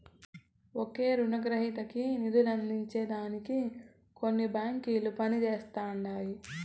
ఒకే రునగ్రహీతకి నిదులందించే దానికి కొన్ని బాంకిలు పనిజేస్తండాయి